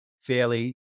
fairly